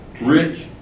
rich